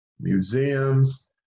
museums